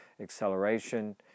acceleration